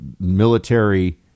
military